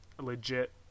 legit